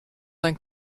sein